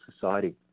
society